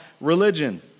religion